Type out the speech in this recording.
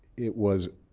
it was